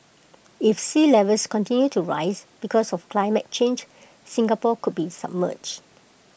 if sea levels continue to rise because of climate change Singapore could be submerged